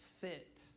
fit